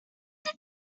did